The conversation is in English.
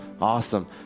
awesome